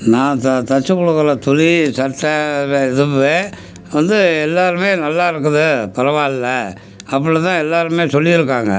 நான் த தைச்சு கொடுக்குற துணி சட்டை வே இதுவே வந்து எல்லோருமே நல்லா இருக்குது பரவாயில்ல அப்படி தான் எல்லோருமே சொல்லியிருக்காங்க